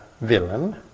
villain